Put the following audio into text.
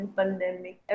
pandemic